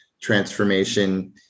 transformation